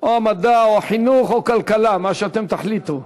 או מדע או חינוך או כלכלה, מה שאתם תחליטו.